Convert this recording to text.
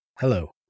Hello